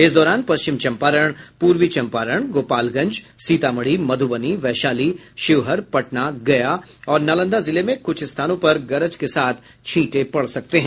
इस दौरान पश्चिम चंपारण पूर्वी चंपारण गोपालगंज सीतामढ़ी मधुबनी वैशाली शिवहर पटना गया और नालंदा जिले में कुछ स्थानों पर गरज के साथ छीटें पड़ सकते हैं